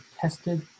tested